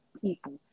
people